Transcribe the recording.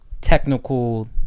technical